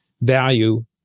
value